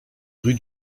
rue